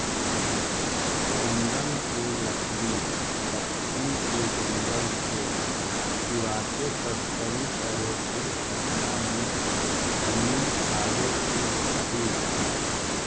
चन्दन के लकड़ी दक्षिण के जंगल से चुराके तस्करी करे के घटना में कमी आवे के चाहि